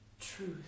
truth